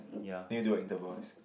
need to do a intervals